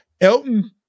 Elton